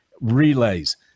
relays